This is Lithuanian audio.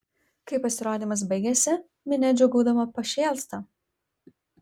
kai pasirodymas baigiasi minia džiūgaudama pašėlsta